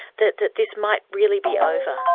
that that this might really be over.